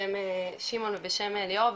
בשם שמעון ובשם ליאורה,